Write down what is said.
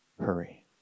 hurry